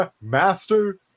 master